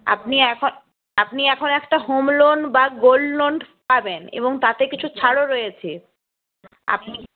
আপনি এখন আপনি এখন একটা হোম লোন বা গোল্ড লোন পাবেন এবং তাতে কিছু ছাড়ও রয়েছে আপনি